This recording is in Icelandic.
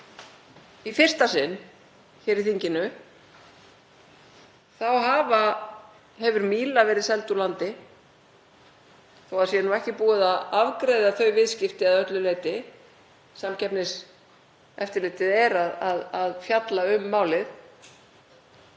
í fyrsta sinn hér í þinginu hefur Míla verið seld úr landi, þó að ekki sé búið að afgreiða þau viðskipti að öllu leyti. Samkeppniseftirlitið er að fjalla um málið.